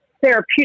therapeutic